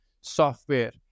software